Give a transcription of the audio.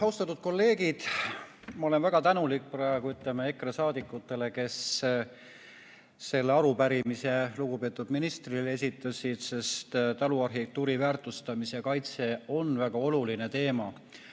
Head kolleegid! Ma olen väga tänulik praegu EKRE saadikutele, kes selle arupärimise lugupeetud ministrile esitasid, sest taluarhitektuuri väärtustamine ja kaitse on väga oluline teema.